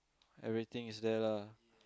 everything is there lah